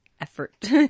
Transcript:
effort